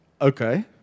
okay